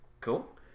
Cool